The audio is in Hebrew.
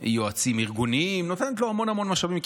יועצים ארגוניים, נותנת לו המון המון משאבים.